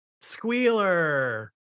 Squealer